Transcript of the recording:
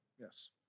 Yes